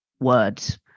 words